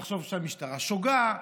לחשוב שהמשטרה שוגה,